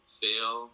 fail